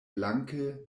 blanke